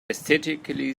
aesthetically